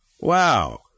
Wow